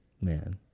man